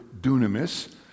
dunamis